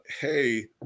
Hey